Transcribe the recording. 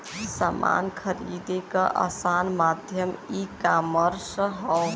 समान खरीदे क आसान माध्यम ईकामर्स हौ